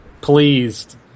pleased